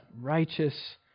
righteous